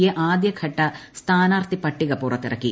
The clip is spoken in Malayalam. എ ആദ്യഘട്ട സ്ഥാനാർത്ഥി പട്ടിക പുറ്റത്തിർക്കി